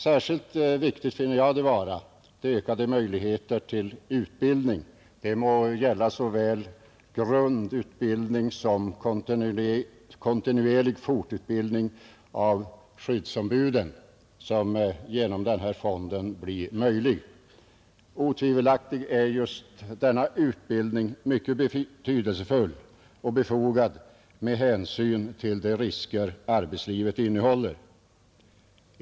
Särskilt viktiga finner jag vara de ökade möjligheter till utbildning — det må gälla såväl grundutbildning som kontinuerlig fortbildning av skyddsombuden — som ges genom fonden. Otvivelaktigt är denna utbildning mycket betydelsefull och befogad med hänsyn till de risker arbetslivet innehåller.